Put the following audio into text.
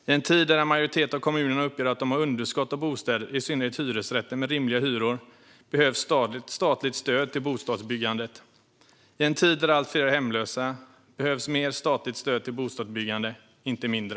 I en tid där en majoritet av kommunerna uppger att de har underskott på bostäder, i synnerhet hyresrätter med rimliga hyror, behövs statligt stöd till bostadsbyggandet. I en tid där allt fler är hemlösa behövs mer statligt stöd till bostadsbyggande, inte mindre.